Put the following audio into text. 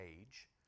age